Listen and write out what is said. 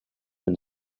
been